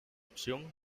opción